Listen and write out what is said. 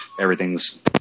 everything's